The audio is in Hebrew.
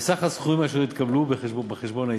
וסך הסכומים אשר התקבלו בחשבון העסקי.